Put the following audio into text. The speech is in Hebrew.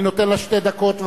אני נותן לה שתי דקות.